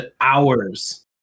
hours